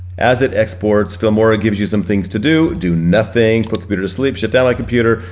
as it exports, filmora gives you some things to do, do nothing, put computer to sleep, shut down my computer,